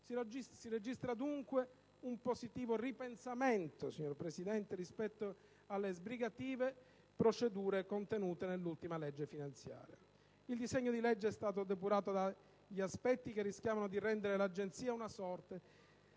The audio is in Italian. Si registra dunque un positivo ripensamento, signor Presidente, rispetto alle sbrigative procedure contenute nell'ultima legge finanziaria. Il disegno di legge è stato depurato dagli aspetti che rischiavano di rendere l'Agenzia una sorta